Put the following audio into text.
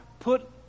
put